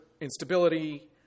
instability